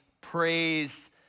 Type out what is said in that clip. praise